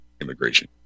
Immigration